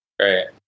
Right